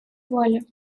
воли